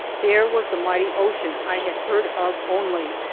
there was the mighty ocean i had heard of only,